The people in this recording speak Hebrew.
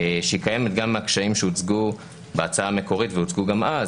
שהיא קיימת גם בקשיים שהוצגו בהצעה המקורית והוצגו גם אז.